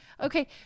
Okay